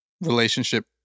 relationship